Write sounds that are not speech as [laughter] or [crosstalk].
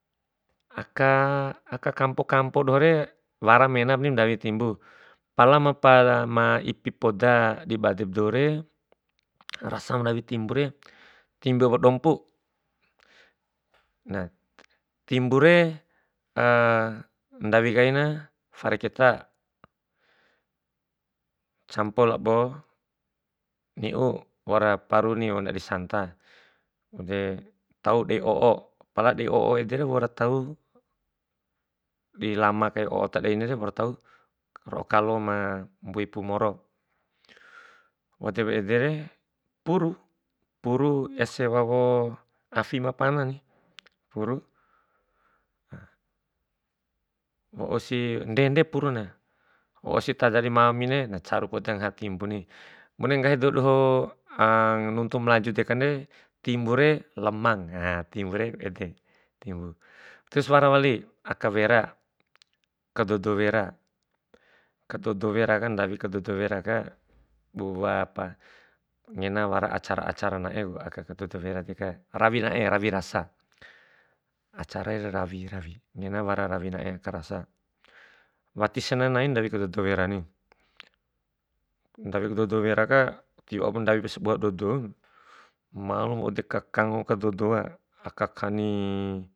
Aka, aka kampo kampo dohore wara menap mandawi timbu, pala ma ipi poda di bade ba doure rasa ma ndawi timbure, timbu awa dompu. Na, timbure [hesitation] ndawi kaina fare keta, campo labo ni'u, waura paru ni'u ndadi santa, waude tau dei o'o, pala dei o'o edere waura tau dilamakai o'o ta deinre waur tau ro'o kalo ma mbuipu moro. Wau edere puru, puru ese wawo afi ma pana, puru wausi ndede puruna, wausi tada mamire na caru poda ngaha timbuni, bune nggahi dou doho [hesitation] nuntu malaju dekanre timbu re lemang [hesitation] timbure ede, timbu. Terus wara wali, aka wera kadodo wera, kadodo wera ndawi kadodo weraka, ngena wara acara acara na'e ku, kadodo wera deka, rawi nae, rawi rasa, acara re rawi rawi, rawi nai aka rasa. Wati senai nai ndawi kadodo wera ni, ndawi kadodo weraka ti wau ba ndawi ba sabua dua doun, malum wau deka kango ka dodoka aka kakani.